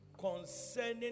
concerning